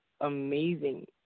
amazing